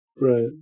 Right